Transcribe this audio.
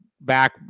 back